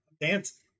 dance